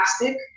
plastic